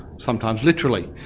sometimes literally.